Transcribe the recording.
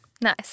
nice